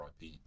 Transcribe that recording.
IP